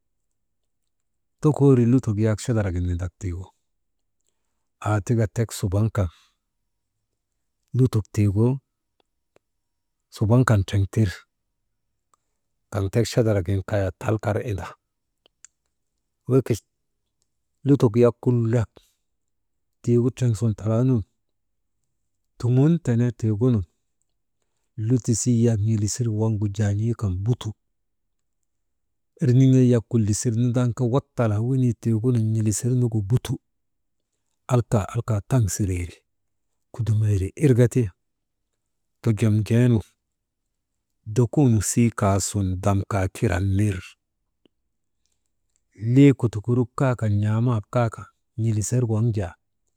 Tokoori lutok zak chadaragin nindak tiigu aa taka tek subaŋ kan lutok tiigu subaŋ kan treŋ tiri, kav tek chadaragin ka tal kar inda, wekit lutok yak kulak tiigu triŋ sun talaanun, tuŋun tenee tiigunu, lutisii yak n̰ilisir waŋgu jaan̰ii kan butu, erniŋee yak kullisir nindaa tiigunu kaa watalaa wenii tigunun n̰ilisir nugu butu, alka, alka taŋ sireeri, kudumeeri irka ti tojomjee nu dokunsii kaasun dam kaa kiran nir, lii kudukuruk kaa kan n̰aa map kaa kan, n̰iliser waŋ jaa.